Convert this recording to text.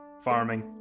farming